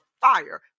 fire